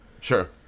Sure